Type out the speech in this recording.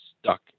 stuck